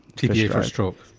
tpa for stroke?